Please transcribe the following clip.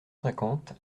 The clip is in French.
cinquante